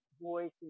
voice